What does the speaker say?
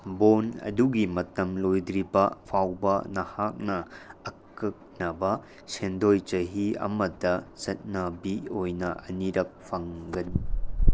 ꯕꯣꯟ ꯑꯗꯨꯒꯤ ꯃꯇꯝ ꯂꯣꯏꯗ꯭ꯔꯤꯕ ꯐꯥꯎꯕ ꯅꯍꯥꯛꯅ ꯑꯀꯛꯅꯕ ꯁꯦꯟꯗꯣꯏ ꯆꯍꯤ ꯑꯃꯗ ꯆꯠꯅꯕꯤ ꯑꯣꯏꯅ ꯑꯅꯤꯔꯛ ꯐꯪꯒꯅꯤ